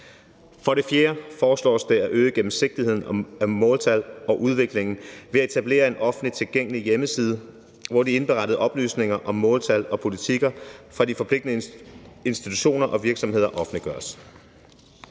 For det fjerde foreslås det at øge gennemsigtigheden af måltal og udviklingen ved at etablere en offentligt tilgængelig hjemmeside, hvor de indberettede oplysninger om måltal og politikker fra de forpligtede institutioner og virksomheder offentliggøres.